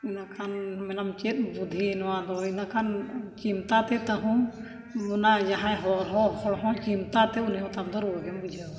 ᱤᱱᱟᱹᱠᱷᱟᱱ ᱢᱮᱱᱟᱢ ᱪᱮᱫ ᱵᱩᱫᱷᱤ ᱱᱚᱣᱟ ᱫᱚ ᱤᱱᱟᱹ ᱠᱷᱟᱱ ᱪᱤᱱᱛᱟ ᱛᱮ ᱛᱟᱹᱦᱩ ᱚᱱᱟ ᱡᱟᱦᱟᱸᱭ ᱦᱚᱲ ᱦᱚᱸ ᱦᱚᱲ ᱦᱚᱸ ᱪᱤᱱᱛᱟᱹᱛᱮ ᱩᱱᱤ ᱦᱚᱸᱢ ᱫᱚ ᱨᱩᱣᱟᱹ ᱜᱮᱢ ᱵᱩᱡᱷᱟᱹᱣᱟ